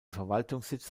verwaltungssitz